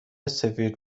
سفید